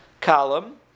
column